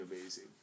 amazing